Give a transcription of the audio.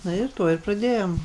na ir tuo ir pradėjom